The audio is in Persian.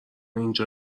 اینجا